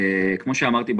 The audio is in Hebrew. כמו שאמרתי,